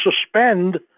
suspend